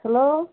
hello